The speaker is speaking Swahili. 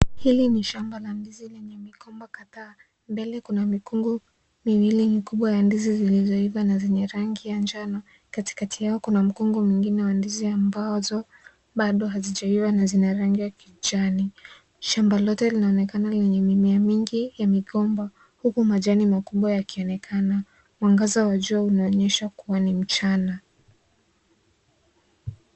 Hili ni shamba la ndizi lenye migomba kadhaa mbele kuna mikungu miwili mikubwa ya ndizi zilizoiva na zenye rangi ya njano, katikati yao kuna mkungu mwingine wa ndizi ambazo bado hazijaiva na zina rangi ya kijani, shamba lote linaonekana lenye mimea mingi ya migomba huku majani makubwa yakionekana, mwangaza wa jua unaonyesha kua ni mchana.